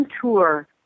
tour